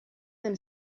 them